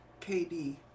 KD